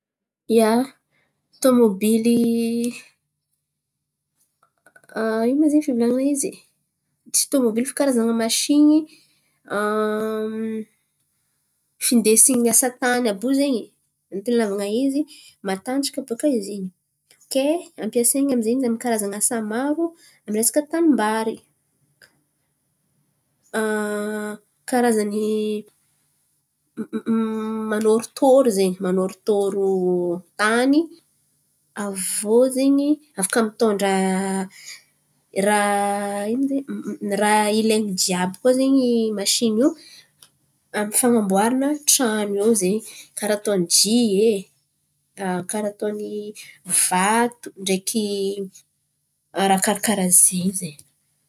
Ia, tômôbily ino ma izy in̈y fivolan̈ana izy? Tsy tômôbily fa karazan̈a masìny findesin̈y miasa tany àby io zen̈y, antony ilàvan̈a izy matanjaka bàka izy in̈y. Ke ampiasain̈a zen̈y izy amy karazana asa maro amy resaka tanimbary. Karazany manôrotôro zen̈y manôrotôro tany. Aviô zen̈y afaka mitondra raha ino izy in̈y? Raha ilain̈y jiàby koa zen̈y masìny io amy fan̈amboarana trano io zen̈y karà ataony jia e. Karà ataony vato ndreky raha karà karàha zen̈y zen̈y.